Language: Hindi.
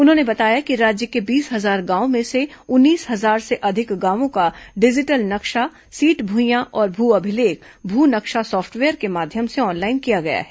उन्होंने बताया कि राज्य के बीस हजार गांव में से उन्नीस हजार से अधिक गांवों का डिजिटाइज्ड नक्शा सीट भुईयां और भू अभिलेख भू नक्शा सॉफ्टवेयर के माध्यम से ऑनलाइन किया गया है